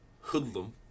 hoodlum